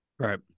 Right